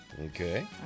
Okay